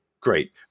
great